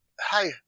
Hi